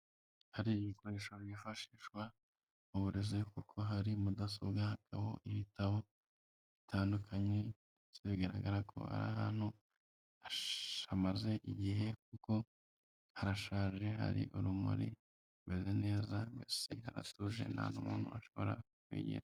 Hari ibikoresho byifashishwa mu burezi, kuko hari mudasobwa, hariho ibitabo bitandukanye, ndetse bigaragara ko ari ahantu hamaze igihe kuko harashaje, hari urumuri rumeze neza, mbesi harasoje nta n'umuntu washobora kuhigira.